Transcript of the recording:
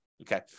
Okay